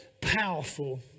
powerful